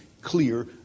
clear